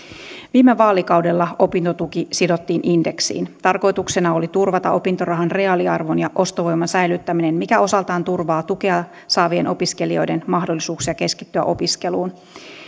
viime vaalikaudella opintotuki sidottiin indeksiin tarkoituksena oli turvata opintorahan reaaliarvon ja ostovoiman säilyttäminen mikä osaltaan turvaa tukea saavien opiskelijoiden mahdollisuuksia keskittyä opiskeluun